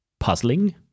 puzzling